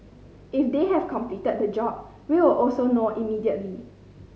if they have completed the job we will also know immediately